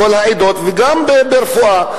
בכל העדות וגם ברפואה.